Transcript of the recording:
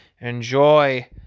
enjoy